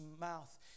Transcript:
mouth